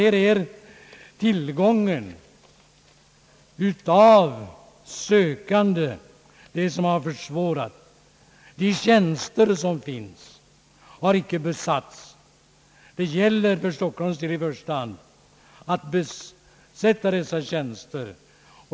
Här är det tillgången av sökande som har försvårat situationen i fråga om de tjänster som finns men icke besatts. Det gäller för Stockholms del att i första hand besätta dessa tjänster.